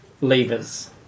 levers